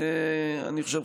אני חושב,